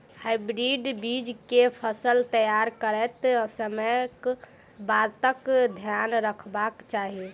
Hybrid बीज केँ फसल तैयार करैत समय कऽ बातक ध्यान रखबाक चाहि?